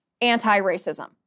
anti-racism